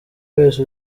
wese